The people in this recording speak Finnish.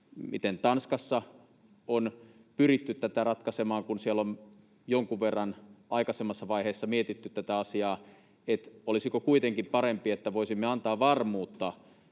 miten Tanskassa on pyritty tätä ratkaisemaan, kun siellä on jonkun verran aikaisemmassa vaiheessa mietitty tätä asiaa: olisiko kuitenkin parempi, että voisimme antaa varmuutta